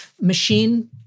machine